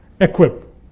equip